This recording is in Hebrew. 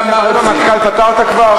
רמטכ"ל פתרת כבר?